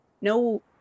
no